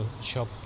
shop